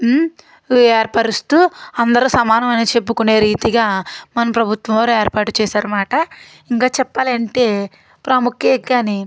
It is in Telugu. ఏర్పరుస్తూ అందరు సమానం అని చెప్పుకునే రీతిగా మన ప్రభుత్వం వారు ఏర్పాటు చేసారు మాట ఇంకా చెప్పాలి అంటే ప్రాముఖ్యతని